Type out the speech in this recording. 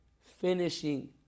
finishing